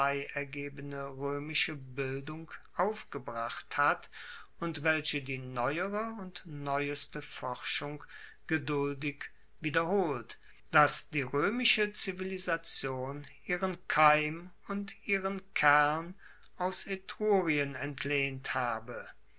ergebene roemische bildung aufgebracht hat und welche die neuere und neueste forschung geduldig wiederholt dass die roemische zivilisation ihren keim und ihren kern aus etrurien entlehnt habe